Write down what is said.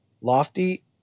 Lofty